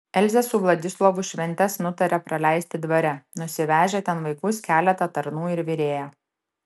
elzė su vladislovu šventes nutarė praleisti dvare nusivežę ten vaikus keletą tarnų ir virėją